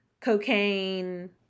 cocaine